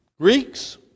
Greeks